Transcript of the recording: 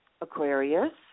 Aquarius